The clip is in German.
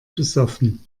besoffen